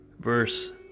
verse